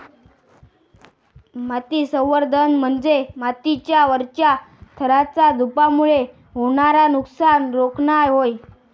माती संवर्धन म्हणजे मातीच्या वरच्या थराचा धूपामुळे होणारा नुकसान रोखणा होय